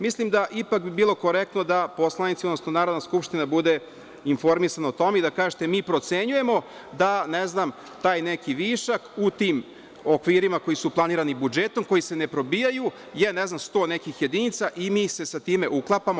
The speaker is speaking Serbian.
Mislim da bi ipak bilo korektno da poslanici, odnosno Narodna skupština, bude informisana o tome i da kažete – mi procenjujemo, da ne znam, taj neki višak u tim okvirima koji su planirani budžetom, koji se ne probijaju, ne znam, 100 nekih jedinica, i mi se sa time uklapamo.